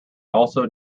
also